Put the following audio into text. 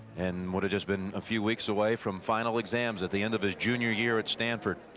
and what it has been a few weeks away from final exams at the end of his junior year at stanford.